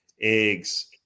eggs